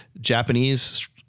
Japanese